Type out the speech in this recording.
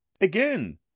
Again